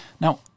Now